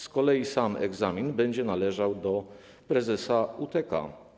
Z kolei sam egzamin będzie należał do prezesa UTK.